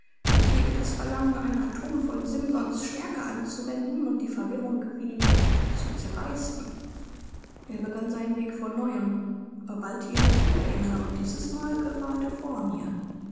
ich hege das verlangen ein atom von simsons stärke anzuwenden und die verwirrung wie werg zu zerreißen er begann seinen weg von neuem aber bald hielt er wieder inne und dieses mal gerade vor mir